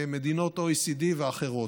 מדינות OECD ואחרות.